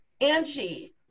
Angie